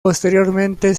posteriormente